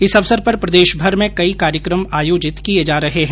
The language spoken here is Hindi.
इस अवसर पर प्रदेषभर में कई कार्यक्रम आयोजित किए जा रहे है